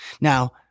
Now